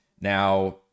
Now